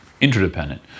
interdependent